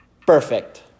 Perfect